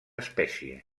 espècie